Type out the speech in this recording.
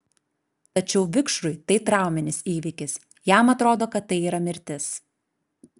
tačiau vikšrui tai trauminis įvykis jam atrodo kad tai yra mirtis